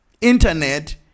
Internet